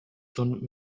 doughnut